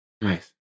Nice